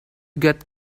get